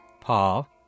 Paul